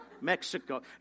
Mexico